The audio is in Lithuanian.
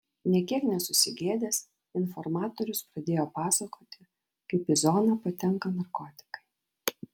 nė kiek nesusigėdęs informatorius pradėjo pasakoti kaip į zoną patenka narkotikai